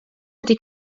wedi